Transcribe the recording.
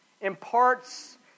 imparts